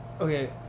Okay